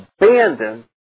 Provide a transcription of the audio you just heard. abandon